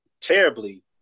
terribly